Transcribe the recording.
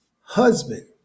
husband